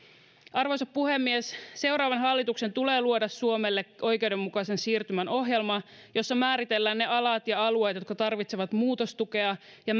arvoisa puhemies seuraavan hallituksen tulee luoda suomelle oikeudenmukaisen siirtymän ohjelma jossa määritellään ne alat ja alueet jotka tarvitsevat muutostukea ja